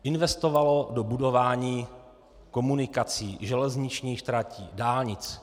Investovalo do budování komunikací, železničních tratí, dálnic.